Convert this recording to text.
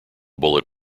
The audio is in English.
bullet